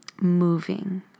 moving